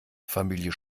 familie